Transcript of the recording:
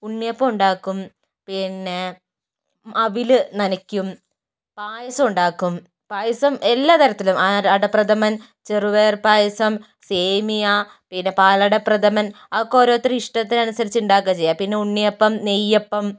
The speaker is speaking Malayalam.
ഉണ്ണിയപ്പം ഉണ്ടാക്കും പിന്നെ അവിൽ നനക്കും പായസം ഉണ്ടാക്കും പായസം എല്ലാ തരത്തിലും ആ അടപ്രഥമൻ ചെറുപയർ പായസം സേമിയ പിന്നെ പാലട പ്രഥമൻ അതൊക്കെ ഓരോരുത്തരുടെ ഇഷ്ടത്തിനനുസരിച്ച് ഉണ്ടാക്കാ ചെയ്യുക പിന്നെ ഉണ്ണിയപ്പം നെയ്യപ്പം